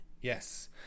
yes